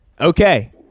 Okay